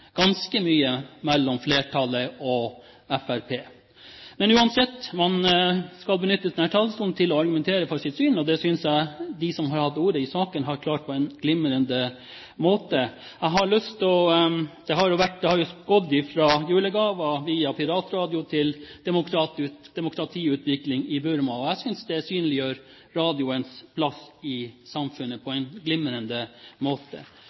ganske mye skiller flertallet og Fremskrittspartiet. Uansett: Man skal benytte denne talerstolen til å argumentere for sitt syn. Det synes jeg de som har hatt ordet i saken, har klart på en glimrende måte. Det har gått fra julegaver via piratradio til demokratiutvikling i Burma. Jeg synes det synliggjør radioens plass i samfunnet på en glimrende måte.